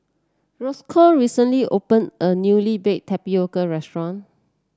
Roscoe recently opened a newly Baked Tapioca restaurant